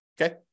Okay